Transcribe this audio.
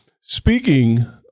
Speaking